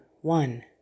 One